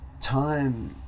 time